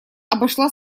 обошла